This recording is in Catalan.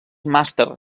màster